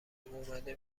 اومده